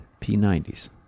P90s